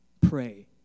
Pray